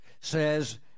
says